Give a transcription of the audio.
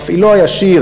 מפעילו הישיר,